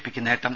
പിക്ക് നേട്ടം